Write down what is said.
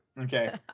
okay